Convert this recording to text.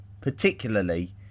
particularly